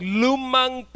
lumang